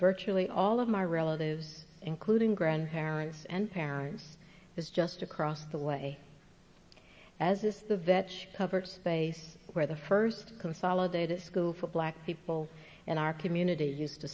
virtually all of my relatives including grandparents and parents is just across the way as is the vet's public space where the first consolidated school for black people in our community used to